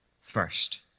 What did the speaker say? first